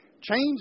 Change